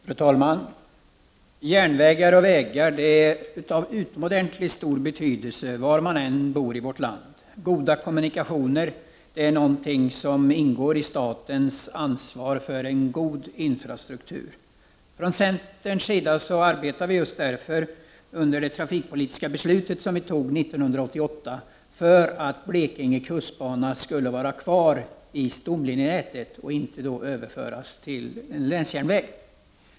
Fru talman! Järnvägar och vägar är av utomordentligt stor betydelse var man än bor i vårt land. Goda kommunikationer är någonting som ingår i statens ansvar för en god infrastruktur. Från centerns sida arbetade vi just därför inför det trafikpolitiska beslut som fattades 1988 för att Blekinge kustbana skulle få vara kvar i stomnätet och inte överföras till en länsjärnväg.